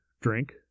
drink